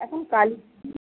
এখন কালী পু